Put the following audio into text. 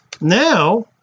now